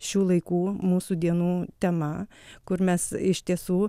šių laikų mūsų dienų tema kur mes iš tiesų